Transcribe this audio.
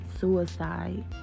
suicide